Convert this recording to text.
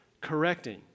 correcting